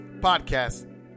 podcast